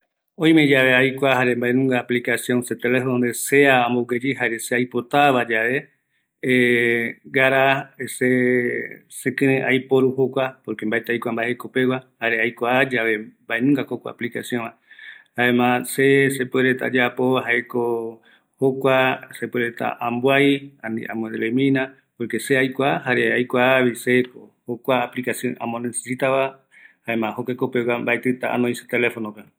﻿Oimeyave jare aikua mbaenunga aplicacion se telefonope sea ambogueyi, jare se aipotaavayae ngara sekirei aiporu jokua, porque mbaeti aikua mbae jekopegua, jare aikuayave mbaenungako jokua aplikacionva, jaema se sepuereta ayapova jaeko, jokua sepuereta amboai, ani amoelimina, porque se aikua, jare aikuavi se, kjokua aplikacion amonecesitava, jaema jokua jekopegua mbaetita anoi se telefonope